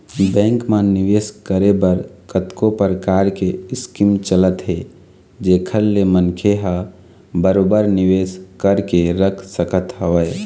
bank म निवेस करे बर कतको परकार के स्कीम चलत हे जेखर ले मनखे ह बरोबर निवेश करके रख सकत हवय